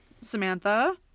Samantha